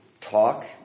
talk